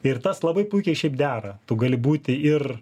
ir tas labai puikiai šiaip dera tu gali būti ir